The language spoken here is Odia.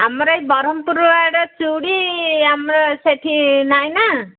ଆମର ଏଇ ବରହମପୁର ଆଡ଼େ ଚୁଡ଼ି ଆମର ସେଠି ନାହିଁ ନା